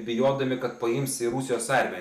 bijodami kad paims į rusijos armiją